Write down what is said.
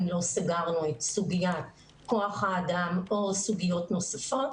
לא סגרנו את סוגיית כוח האדם או סוגיות נוספות.